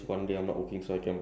most probably